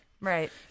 Right